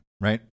right